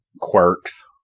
quirks